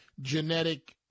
genetic